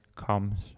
comes